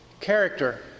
Character